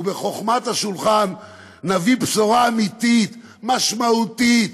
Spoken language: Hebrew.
ובחוכמת השולחן נביא בשורה אמיתית, משמעותית.